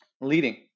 leading